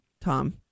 Tom